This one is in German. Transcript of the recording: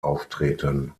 auftreten